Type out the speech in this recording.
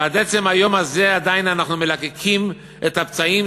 שעד עצם היום הזה עדיין אנחנו מלקקים את הפצעים